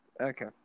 Okay